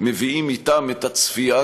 שמביאים אתם את הצפייה,